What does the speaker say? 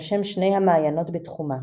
על שם שני המעיינות בתחומה.